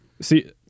See